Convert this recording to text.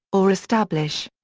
or establish.